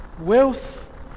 Wealth